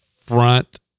front